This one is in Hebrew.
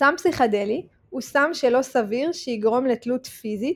"סם פסיכדלי הוא סם שלא סביר שיגרום לתלות פיזית,